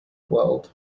world